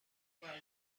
mit